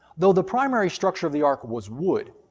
though the primary structure of the ark was wood,